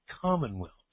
commonwealth